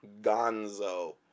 gonzo